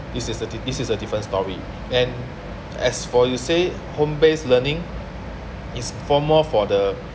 this is a this is a different story and as for you say home-based learning is for more for the